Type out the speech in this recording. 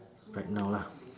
right now lah